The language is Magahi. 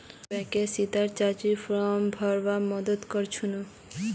बैंकत सीता चाचीर फॉर्म भरवार मदद कर छिनु